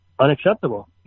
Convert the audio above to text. unacceptable